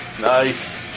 Nice